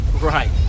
Right